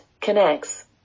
connects